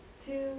two